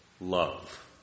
love